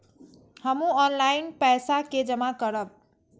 हमू ऑनलाईनपेसा के जमा करब?